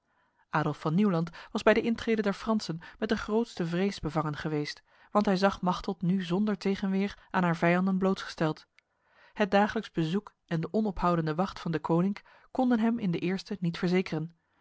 adolf van nieuwland was bij de intrede der fransen met de grootste vrees bevangen geweest want hij zag machteld nu zonder tegenweer aan haar vijanden blootgesteld het dagelijks bezoek en de onophoudende wacht van deconinck konden hem in den eerste niet verzekeren